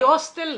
היא הוסטל?